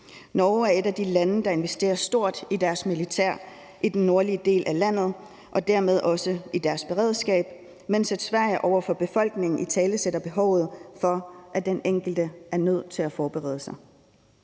Norge er et af de lande, der investerer stort i deres militær i den nordlige del af landet og dermed også i deres beredskab, mens Sverige over for befolkningen italesætter behovet for, at den enkelte er nødt til at forberede sig.